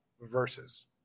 verses